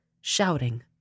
shouting